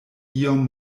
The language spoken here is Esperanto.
iom